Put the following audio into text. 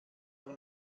nur